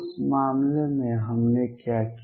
उस मामले में हमने क्या किया